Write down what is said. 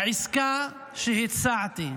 העסקה שהצעתי,